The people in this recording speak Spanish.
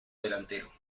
delantero